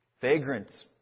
vagrants